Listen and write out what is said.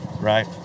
right